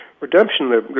Redemption